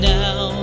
now